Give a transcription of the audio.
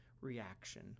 reaction